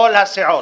כל הסיעות